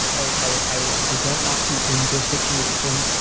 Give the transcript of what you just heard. i i don't want to, in this situation,